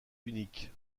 unique